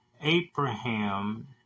Abraham